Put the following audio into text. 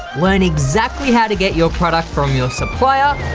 learn exactly how to get your product from your supplier,